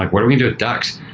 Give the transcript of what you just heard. like what do we do with ducks?